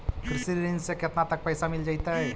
कृषि ऋण से केतना तक पैसा मिल जइतै?